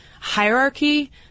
hierarchy